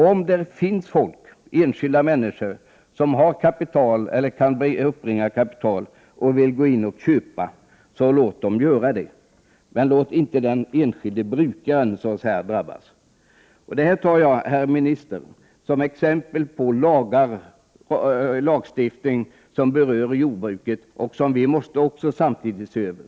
Om det finns enskilda människor som har kapital eller kan uppbringa kapital och vill köpa jordbruksföretag, så låt dem göra det men låt inte den enskilde brukaren drabbas. Detta tar jag upp, herr minister, som exempel på lagstiftning som berör jordbruket, en lagstiftning som vi samtidigt måste se över.